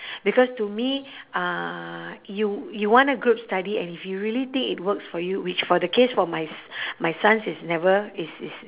because to me uh you you wanna group study and if you really think it works for you which for the case for my s~ my sons it's never it's it's